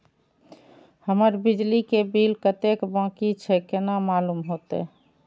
हमर बिजली के बिल कतेक बाकी छे केना मालूम होते?